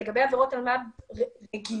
לגבי עבירות אלמ"ב "רגילות"